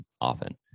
Often